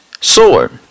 sword